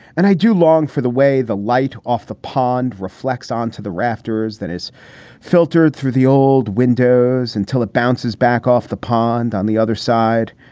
and i do long for the way the light off the pond reflects on to the rafters that is filtered through the old windows until it bounces back off the pond on the other side.